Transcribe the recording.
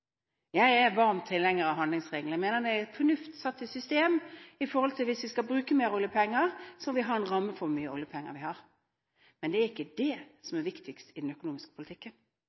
Jeg er varm tilhenger av handlingsregelen. Jeg mener det er fornuft satt i system. Hvis vi skal bruke mer oljepenger, må vi ha en ramme for hvor mye oljepenger vi har. Men det er ikke det som er viktigst i den økonomiske politikken.